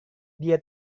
dia